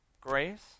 grace